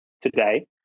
today